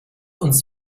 uns